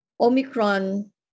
Omicron